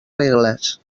regles